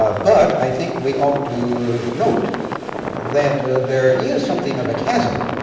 ah but, i think, we ought to note that there is something of a chasm.